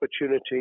opportunity